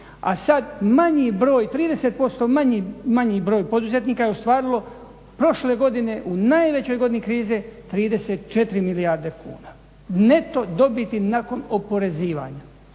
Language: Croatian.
a sad manji broj, 30% manji broj poduzetnika je ostvarilo prošle godine u najvećoj godini krize 34 milijarde kuna neto dobiti nakon oporezivanja.